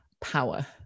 power